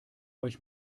euch